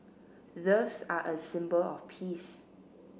doves are a symbol of peace